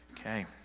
Okay